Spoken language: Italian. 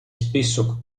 spesso